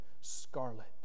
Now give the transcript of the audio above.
scarlet